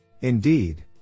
Indeed